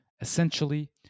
Essentially